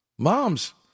moms